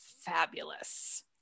Fabulous